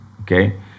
okay